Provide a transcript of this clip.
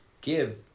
give